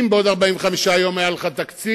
אם בעוד 45 יום היה לך תקציב,